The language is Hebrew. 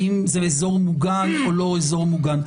האם זה אזור מוגן או לא אזור מוגן.